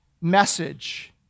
message